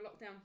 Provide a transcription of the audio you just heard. lockdown